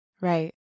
Right